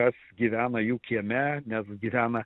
kas gyvena jų kieme nes gyvena